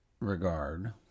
regard